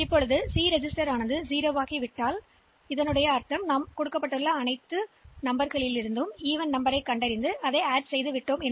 எனவே இந்த சி பதிவு மதிப்பு 0 ஆனவுடன் அதாவது எல்லா சம எண்களையும் சேர்த்துள்ளோம்